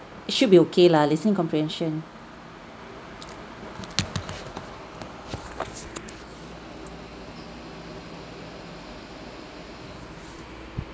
it should be okay lah listening comprehension